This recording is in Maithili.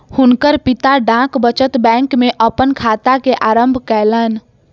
हुनकर पिता डाक बचत बैंक में अपन खाता के आरम्भ कयलैन